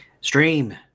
Stream